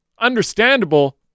understandable